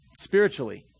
spiritually